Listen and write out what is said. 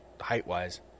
height-wise